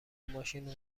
ماشین